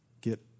get